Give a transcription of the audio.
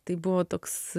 tai buvo toks